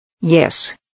Yes